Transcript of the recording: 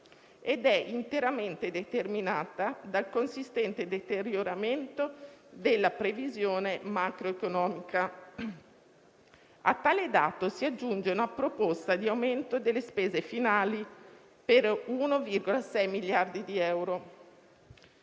ed è interamente determinata dal consistente deterioramento della previsione macroeconomica. A tale dato si aggiunge una proposta di aumento delle spese finali per 1,6 miliardi di euro.